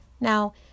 Now